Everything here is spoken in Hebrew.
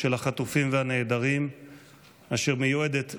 החטופים והנעדרים ביציע הציבור שמעלינו במליאה.